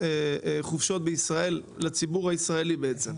חופשות בישראל לציבור הישראלי בעצם.